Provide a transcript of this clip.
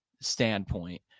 standpoint